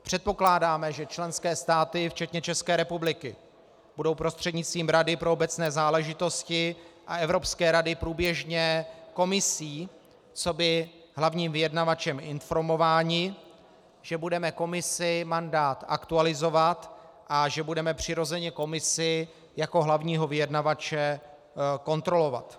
Předpokládáme, že členské státy včetně České republiky budou prostřednictvím Rady pro obecné záležitosti a Evropské rady průběžně Komisí coby hlavním vyjednavačem informováni, že budeme Komisi mandát aktualizovat a že budeme přirozeně Komisi jako hlavního vyjednavače kontrolovat.